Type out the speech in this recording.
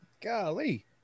Golly